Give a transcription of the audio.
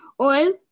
oil